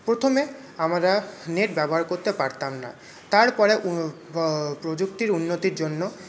প্রথমে আমরা নেট ব্যবহার করতে পারতাম না তারপরে প্রযুক্তির উন্নতির জন্য